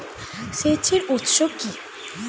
সেচের উৎস কি?